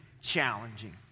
challenging